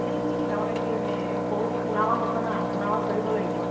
এই তাৰমানে কি এই সৰু পোনা মাছ আছে ন পোনা মাছ ধৰিব লাগিব